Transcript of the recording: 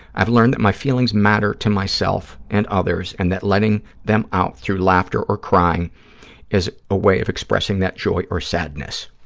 i've learned that my feelings matter to myself and others and that letting them out through laughter or crying is a way of expressing that joy or sadness.